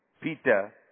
Peter